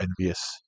envious